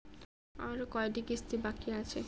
আরো কয়টা কিস্তি বাকি আছে?